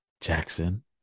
Jackson